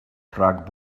rhag